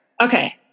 Okay